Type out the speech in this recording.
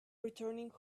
returning